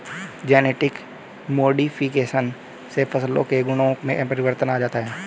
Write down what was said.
genetic modification से फसलों के गुणों में परिवर्तन आ जाता है